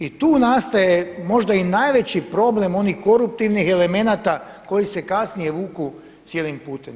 I tu nastaje možda i najveći problem onih koruptivnih elementa koji se kasnije vuku cijelim putem.